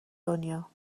دنیا